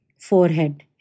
forehead